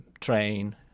train